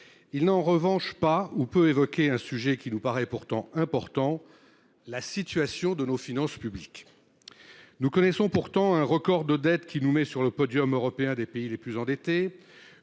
Il n’a en revanche pas ou peu évoqué un sujet qui nous paraît pourtant important : la situation de nos finances publiques. Nous atteignons un record de dette, qui nous place sur le podium européen des pays les plus endettés,